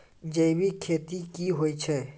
जैविक खेती की होय छै?